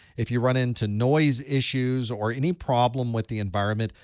if you run into noise issues or any problem with the environment,